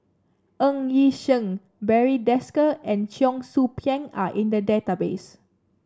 Ng Yi Sheng Barry Desker and Cheong Soo Pieng are in the database